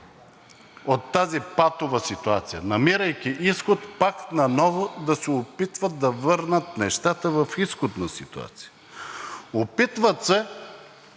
от тази патова ситуация, намирайки изход, пак наново да се опитват да върнат нещата в изходна ситуация. Опитват се